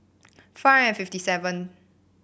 four and fifty seven